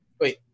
Wait